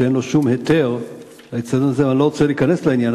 אין לו שום היתר לאיצטדיון הזה,